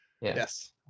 Yes